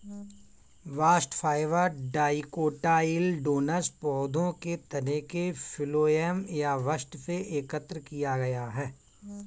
bast fibre dicotyledonous पौधों के तने के फ्लोएम या बस्ट से एकत्र किया गया है